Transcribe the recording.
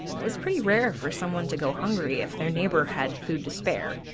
it was pretty rare for someone to go hungry if their neighbor had food to spare.